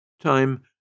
Time